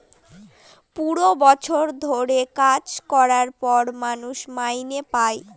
পুরো বছর ধরে কাজ করার পর মানুষ মাইনে পাই